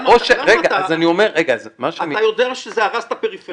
אתה יודע שזה הרס את הפריפריה.